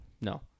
No